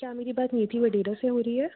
क्या मेरी बात निधि वडेरा से हो रही है